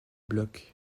blocs